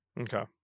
Okay